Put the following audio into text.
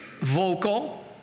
Vocal